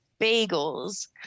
bagels